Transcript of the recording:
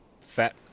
fat